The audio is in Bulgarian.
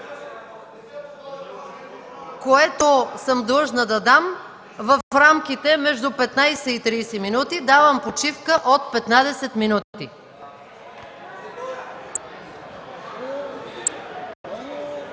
което съм длъжна да дам в рамките между 15 и 30 минути. Давам почивка от 15 минути.